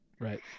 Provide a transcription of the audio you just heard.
Right